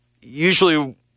Usually